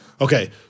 Okay